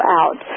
out